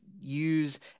use